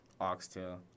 oxtail